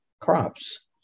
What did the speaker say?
crops